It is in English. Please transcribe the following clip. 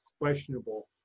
questionable